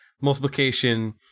multiplication